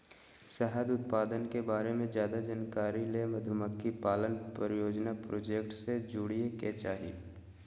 शहद उत्पादन के बारे मे ज्यादे जानकारी ले मधुमक्खी पालन परियोजना प्रोजेक्ट से जुड़य के चाही